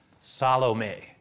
Salome